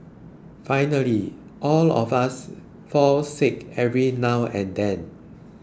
finally all of us fall sick every now and then